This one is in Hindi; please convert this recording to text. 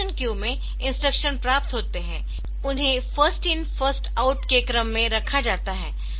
इंस्ट्रक्शन क्यू में इंस्ट्रक्शन प्राप्त होते है उन्हें फर्स्ट इन फर्स्ट आउट के क्रम में रखा जाता है